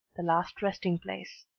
the last resting-place.